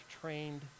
trained